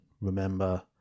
remember